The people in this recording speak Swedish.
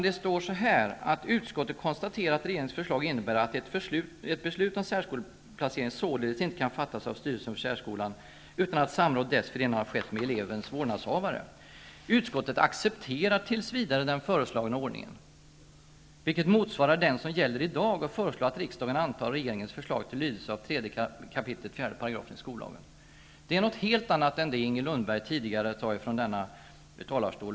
Det står: ''Utskottet konstaterar att regeringens förslag innebär att ett beslut om särskoleplacering således inte kan fattas av styrelsen för särskolan i hemkommunen utan att samråd dessförinnan har skett med elevens vårdnadshavare. Utskottet accepterar tills vidare den föreslagna ordningen, vilken motsvarar den som gäller i dag, och föreslår att riksdagen antar regeringens förslag till lydelse av 3 kap. 4 § Detta är något helt annat än det som Inger Lundberg tidigare har uttalat från denna talarstol.